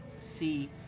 see